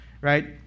right